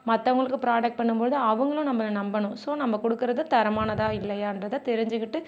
மத்தவங்களுக்கு புராடக்ட் பண்ணும்போது அவங்களும் நம்மள நம்பணும் ஸோ நம்ம கொடுக்குறது தரமானதா இல்லையான்றதை தெரிஞ்சுக்கிட்டு